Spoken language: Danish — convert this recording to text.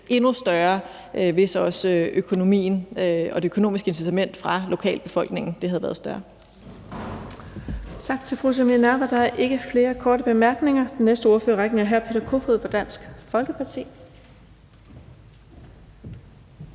endnu større, hvis også det økonomiske incitament for lokalbefolkningen havde været større.